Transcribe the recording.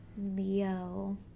Leo